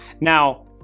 now